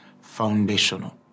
foundational